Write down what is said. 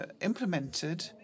implemented